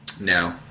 No